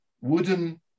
wooden